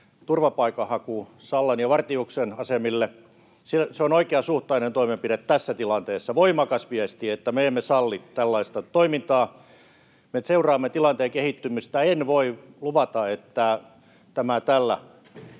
turvapaikanhaku Sallan ja Vartiuksen asemille. Se on oikeasuhtainen toimenpide tässä tilanteessa, voimakas viesti, että me emme salli tällaista toimintaa. Me seuraamme tilanteen kehittymistä. En voi luvata, että tämä tällä